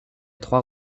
trois